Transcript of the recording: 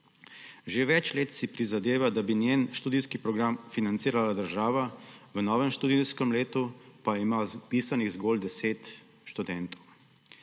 Že več let si prizadeva, da bi njen študijski program financirala država, v novem študijskem letu pa ima vpisanih zgolj deset študentov.